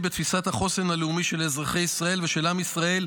בתפיסת החוסן הלאומי של אזרחי ישראל ושל עם ישראל